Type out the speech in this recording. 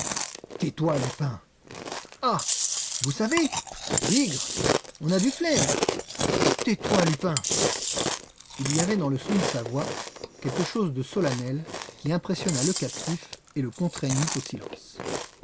tais-toi lupin ah vous savez bigre on a du flair tais-toi lupin il y avait dans le son de sa voix quelque chose de solennel qui impressionna le captif et le contraignit au silence